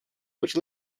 which